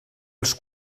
els